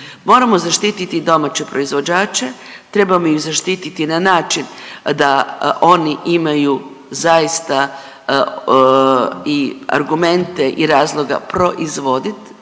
Moramo zaštiti i domaće proizvođače, trebamo ih zaštititi na način da oni imaju zaista i argumente i razloga proizvoditi,